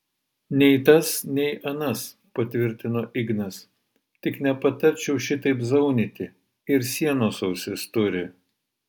nei tas nei anas patvirtino ignas tik nepatarčiau šitaip zaunyti ir sienos ausis turi